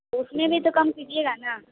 उसमें भी तो कम कीजिएगा ना